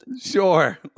Sure